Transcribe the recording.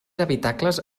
habitacles